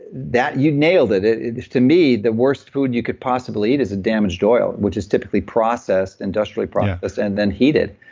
you nailed it. it it is to me the worst food you could possibly eat as a damaged oil, which is typically processed, industrially processed, and then heated.